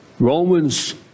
Romans